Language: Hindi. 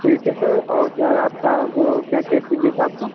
ठीक है सर और सर आपका वो क्या क्या चाहिए था आपको